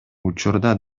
учурда